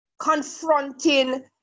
confronting